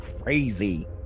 crazy